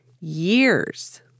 years